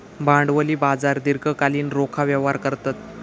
भांडवली बाजार दीर्घकालीन रोखा व्यवहार करतत